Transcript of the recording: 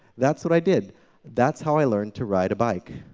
that's what i did that's how i learned to ride a bike.